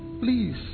please